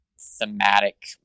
thematic